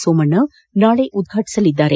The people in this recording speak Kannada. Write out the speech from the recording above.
ಸೋಮಣ್ಣ ನಾಳೆ ಉದ್ವಾಟಿಸಲಿದ್ದಾರೆ